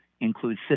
include